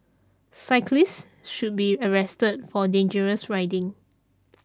cyclist should be arrested for dangerous riding